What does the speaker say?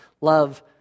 love